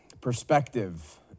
perspective